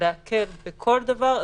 להקל בכל דבר,